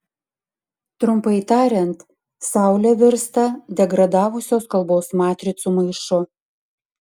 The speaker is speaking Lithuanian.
trumpai tariant saulė virsta degradavusios kalbos matricų maišu